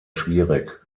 schwierig